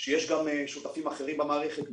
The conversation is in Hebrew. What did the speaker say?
שיש גם שותפים אחרים במערכת,